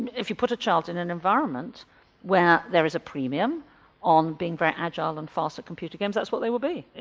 if you put a child in an environment where there is a premium on being very agile and fast at computer games that's what they will be.